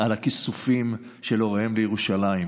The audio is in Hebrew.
על הכיסופים של הוריהם לירושלים,